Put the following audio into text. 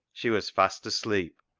she was fast asleep.